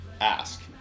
ask